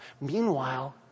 Meanwhile